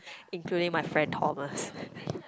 including my friend Thomas